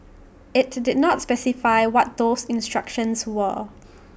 IT did not specify what those instructions were